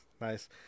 nice